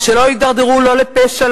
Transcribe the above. לא לפשע,